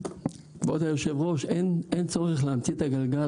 כבוד היו"ר, אין צורך להמציא את הגלגל.